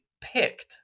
picked